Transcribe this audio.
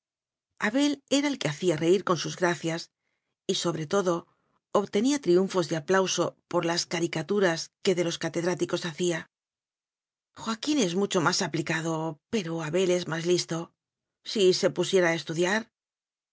abel era el que hacía reir con sus gracias y sobre todo obtenía triunfos de aplauso por las caricaturas que de los catedráticos hacía joaquín es mucho más aplicado pero abel es más listo si se pusiera a estudiar